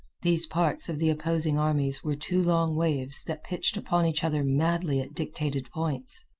these parts of the opposing armies were two long waves that pitched upon each other madly at dictated points.